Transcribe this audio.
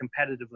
competitively